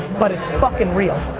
but it's fucking real.